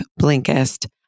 Blinkist